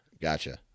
Gotcha